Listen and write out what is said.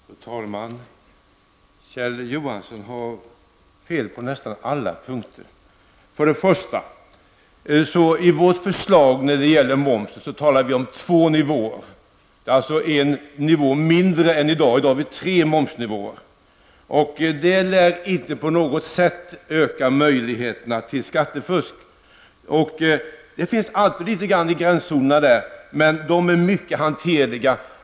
Fru talman! Kjell Johansson har fel på nästan alla punkter. I vårt förslag om momsen talar vi om två nivåer, dvs. en nivå mindre än i dag; vi har i dag tre momsnivåer. Detta lär inte på något sätt öka möjligheterna till skattefusk. Det kan alltid förekomma litet skattefusk i gränszonerna, men detta är hanterligt.